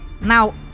Now